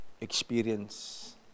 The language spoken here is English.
experience